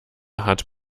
hat